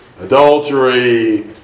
adultery